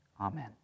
Amen